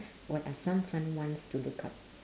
what are some fun ones to look up